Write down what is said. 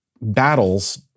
battles